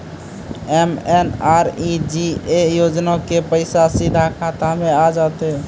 MNREGA योजना के पैसा सीधा खाता मे आ जाते?